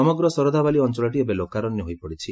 ସମଗ୍ର ଶରଧାବାଲି ଅଞ୍ଚଳଟି ଏବେ ଲୋକାରଣ୍ୟ ହୋଇପଡିଛି